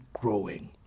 growing